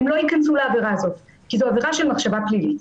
הם לא ייכנסו לעבירה הזאת כי זו עבירה של מחשבה פלילית.